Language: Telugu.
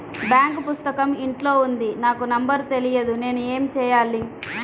బాంక్ పుస్తకం ఇంట్లో ఉంది నాకు నంబర్ తెలియదు నేను ఏమి చెయ్యాలి?